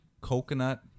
coconut